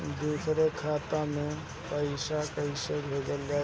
दूसरे के खाता में पइसा केइसे भेजल जाइ?